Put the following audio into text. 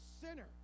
sinner